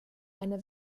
eine